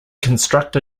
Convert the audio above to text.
construct